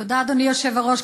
תודה, אדוני היושב-ראש.